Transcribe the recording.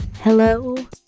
Hello